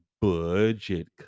budget